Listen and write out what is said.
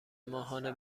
ماهانه